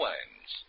Wines